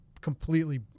completely